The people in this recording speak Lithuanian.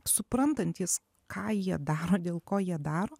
suprantantys ką jie daro dėl ko jie daro